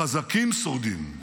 החזקים שורדים.